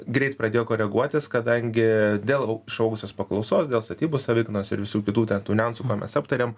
greit pradėjo koreguotis kadangi dėl išaugusios paklausos dėl statybų savikainos ir visų kitų ten tų niuansų ką mes aptarėm